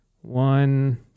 One